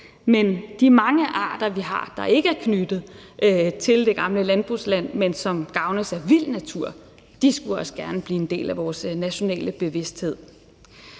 Men de mange arter, vi har, der ikke er knyttet til det gamle landbrugsland, men som gavnes af vild natur, skulle også gerne blive en del af vores nationale bevidsthed.